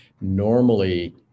normally